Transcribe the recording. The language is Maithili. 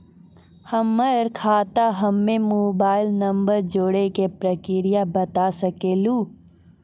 हमर खाता हम्मे मोबाइल नंबर जोड़े के प्रक्रिया बता सकें लू?